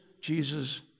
Jesus